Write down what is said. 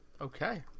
Okay